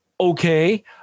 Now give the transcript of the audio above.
Okay